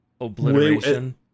Obliteration